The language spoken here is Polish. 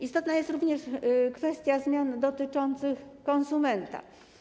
Istotna jest również kwestia zmian dotyczących konsumenta.